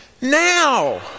Now